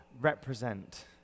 represent